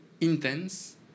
intense